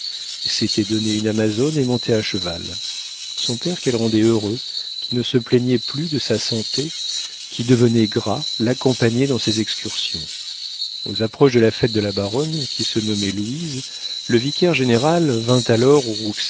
s'était donné une amazone et montait à cheval son père qu'elle rendait heureux qui ne se plaignait plus de sa santé qui devenait gras l'accompagnait dans ses excursions aux approches de la fête de la baronne qui se nommait louise le vicaire-général vint alors